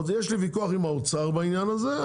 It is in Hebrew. יש לי ויכוח עם האוצר בעניין הזה,